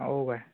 हो काय